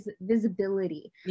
visibility